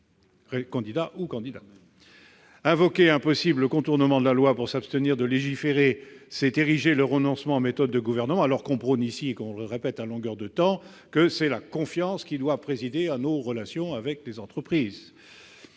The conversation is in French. respecter la loi. Invoquer un possible contournement de la loi pour s'abstenir de légiférer, c'est ériger le renoncement en méthode de gouvernement. Pourtant, on nous répète à longueur de temps que c'est la « confiance » qui doit présider à nos relations avec les entreprises.